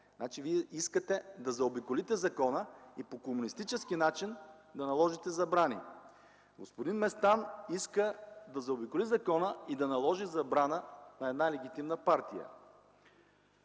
Значи Вие искате да заобиколите закона и по комунистически начин да наложите забрани. Господин Местан иска да заобиколи закона и да наложи забрана на една легитимна партия.